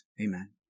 Amen